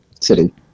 city